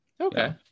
okay